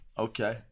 Okay